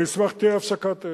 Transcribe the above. אני אשמח אם תהיה הפסקת אש,